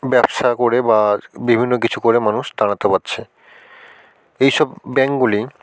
ব্যবসা করে বা বিভিন্ন কিছু করে মানুষ দাঁড়াতে পারছে এই সব ব্যাঙ্কগুলি